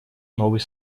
новый